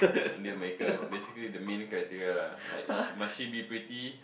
deal maker basically the main criteria lah like she must she be pretty